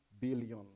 billion